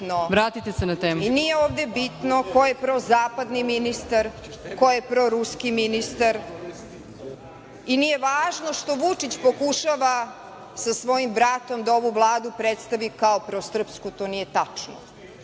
**Marinika Tepić** Nije ovde bitno ko je prozapadni ministar, ko je proruski ministar i nije važno što Vučić pokušava sa svojim bratom da ovu Vladu predstavi kao prosrpsku. To nije tačno.